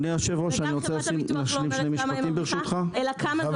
וגם חברת הביטוח לא אומרת כמה היא מרוויחה,